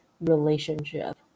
relationship